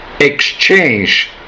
exchange